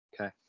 Okay